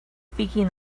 speaking